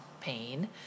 pain